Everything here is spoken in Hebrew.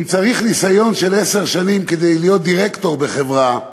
אם צריך ניסיון של עשר שנים כדי להיות דירקטור בחברה,